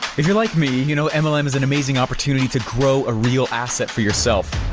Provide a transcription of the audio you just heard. if you're like me, you know and mlm is an amazing opportunity to grow a real asset for yourself.